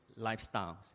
lifestyles